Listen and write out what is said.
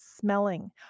smelling